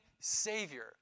Savior